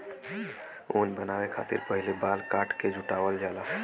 ऊन बनावे खतिर पहिले बाल के काट के जुटावल जाला